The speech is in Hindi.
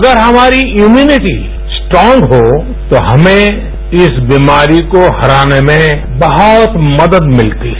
अगर हमारी इम्यूनिटी स्ट्रांग हो तो हमें इस बीमारी को हराने में बहुत मदद मिलती है